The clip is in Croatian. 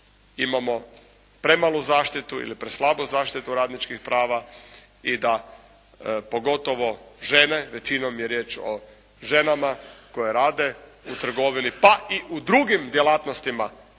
imamo premalu zaštitu ili preslabu zaštitu radničkih prava i da pogotovo žene, većinom je riječ o ženama koje rade u trgovini pa i u drugim djelatnostima,